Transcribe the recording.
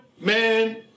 man